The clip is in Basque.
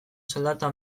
soldata